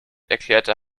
erklärte